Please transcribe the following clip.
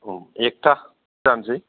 औ एकटा जानोसै